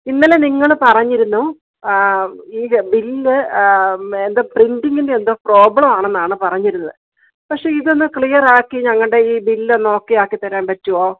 ഇന്നലെ നിങ്ങള് പറഞ്ഞിരുന്നു ഈ ബില്ല് എന്തോ പ്രിന്റിംഗിന്റെ എന്തോ പ്രോബ്ലമാണെന്നാണ് പറഞ്ഞിരുന്നത് പക്ഷെ ഇതൊന്നു ക്ലിയറാക്കി ഞങ്ങളുടെ ഈ ബില്ലൊന്നു ഓക്കെ ആക്കി തരാൻ പറ്റുമോ